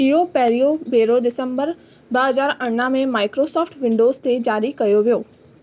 इहो पहिरियों भेरो दिसंबर ॿ हज़ार अरिड़हं में माइक्रोसॉफ्ट विंडोज़ ते जारी कयो वियो